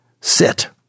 Sit